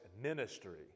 ministry